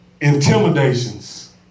intimidations